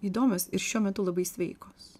įdomios ir šiuo metu labai sveikos